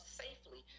safely